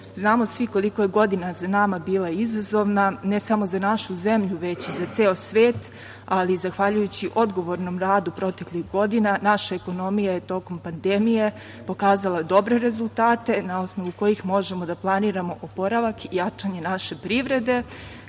rešio. Znamo svi koliko je godina za nama bila izazovna ne samo za našu zemlju, već i za ceo svet, ali zahvaljujući odgovornom radu proteklih godina naša ekonomija je tokom pandemije pokazala dobre rezultate na osnovu kojih možemo da planiramo oporavak i jačanje naše privrede,